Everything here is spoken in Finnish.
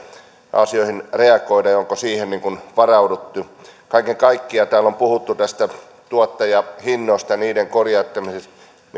asioihin reagoida ja onko siihen varauduttu kaiken kaikkiaan kun täällä on puhuttu tuottajahinnoista ja niiden korjauttamisesta